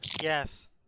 Yes